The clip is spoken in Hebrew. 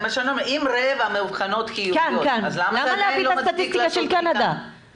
אם רבע מאובחנות חיוביות אז למה זה לא מצדיק לעשות בדיקה,